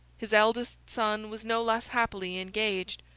his eldest son was no less happily engaged.